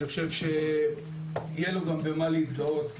אני חושב שיהיה לו גם במה להתגאות.